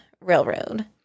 Railroad